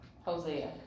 Hosea